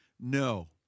No